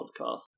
podcast